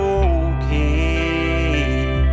okay